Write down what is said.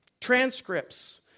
transcripts